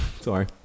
Sorry